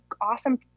awesome